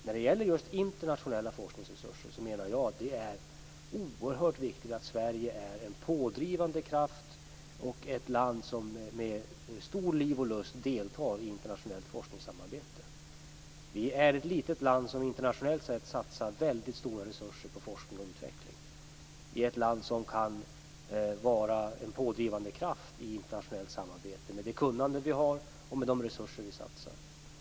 När det gäller just internationella forskningsresurser är det oerhört viktigt att Sverige är en pådrivande kraft och ett land som med liv och lust deltar i internationellt forskningssamarbete. Sverige är ett litet land som internationellt sett satsar väldigt stora resurser på forskning och utveckling. Vi kan vara en pådrivande kraft i internationellt samarbete med det kunnande vi har och med de resurser vi satsar.